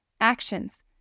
Actions